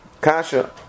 Kasha